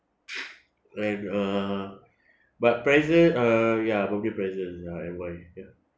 when uh but prese~ uh ya birthday present ya and why ya